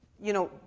you know,